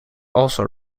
also